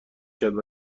کرد